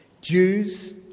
Jews